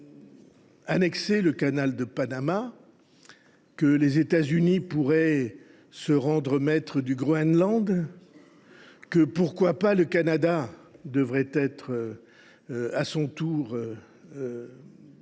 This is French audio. annexer le canal de Panama, que les États Unis pourraient se rendre maîtres du Groenland, que, pourquoi pas, le Canada devrait être, à son tour,